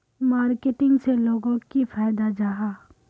Marketing से लोगोक की फायदा जाहा?